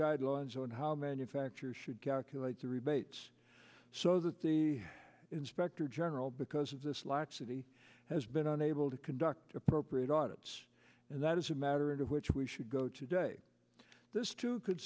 guidelines on how manufacturers should calculate the rebates so that the inspector general because of this laxity has been unable to conduct appropriate audits and that is a matter of which we should go today this two could